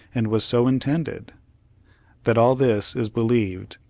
and was so intended that all this is believed,